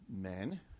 men